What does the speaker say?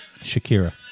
Shakira